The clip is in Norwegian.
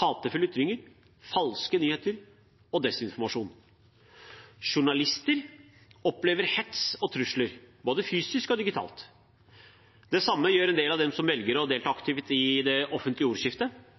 hatefulle ytringer, falske nyheter og desinformasjon. Journalister opplever hets og trusler, både fysisk og digitalt. Det samme gjør en del av dem som velger å delta aktivt i det offentlige ordskiftet.